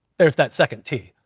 there's that second t.